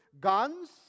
guns